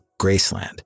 Graceland